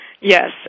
Yes